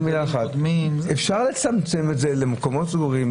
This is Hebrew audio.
אפשר לצמצם את זה למקומות סגורים,